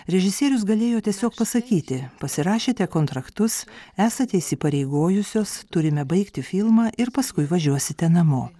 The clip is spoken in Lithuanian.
režisierius galėjo tiesiog pasakyti pasirašėte kontraktus esat įsipareigojusios turime baigti filmą ir paskui važiuosite namo